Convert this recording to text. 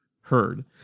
heard